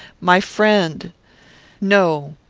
my friend no.